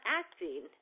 acting